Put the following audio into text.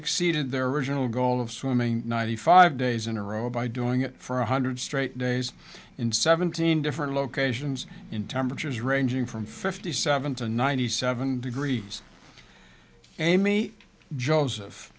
exceeded their original goal of swimming ninety five days in a row by doing it for one hundred straight days in seventeen different locations in temperatures ranging from fifty seven to ninety seven degrees and me joseph